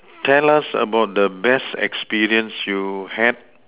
tell us about the best experience you had